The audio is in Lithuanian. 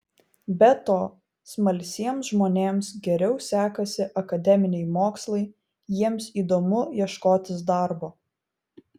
be to smalsiems žmonėms geriau sekasi akademiniai mokslai jiems įdomu ieškotis darbo